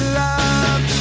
love